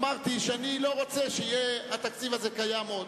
אמרתי שאני לא רוצה שיהיה התקציב הזה קיים עוד.